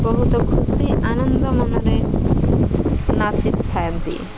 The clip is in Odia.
ବହୁତ ଖୁସି ଆନନ୍ଦ ମନରେ ନାଚି ଥାଆନ୍ତି